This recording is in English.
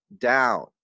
down